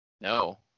No